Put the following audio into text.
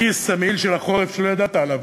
בכיס של מעיל החורף סכום שלא ידעת עליו,